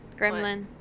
Gremlin